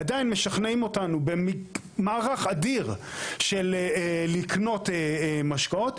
עדיין משכנעים אותנו במערך אדיר של לקנות משקאות.